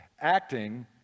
Acting